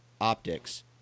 optics